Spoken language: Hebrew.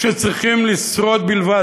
שצריכים לשרוד בלבד.